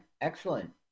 Excellent